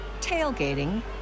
tailgating